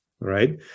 right